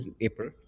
April